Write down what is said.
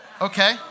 okay